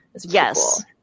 Yes